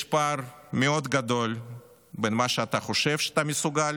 יש פער מאוד גדול בין מה שאתה חושב שאתה מסוגל